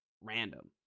random